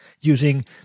using